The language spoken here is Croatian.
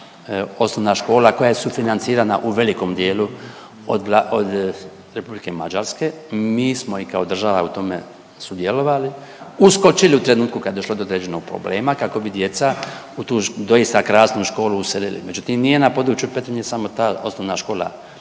osnovna škola koja je sufinancirana u velikom dijelu od Republike Mađarske. Mi smo i kao država u tome sudjelovali, uskočili u trenutku kad je došlo do određenog problema kako bi djeca u tu doista krasnu školu uselili, međutim nije na području Petrinje samo ta osnovna škola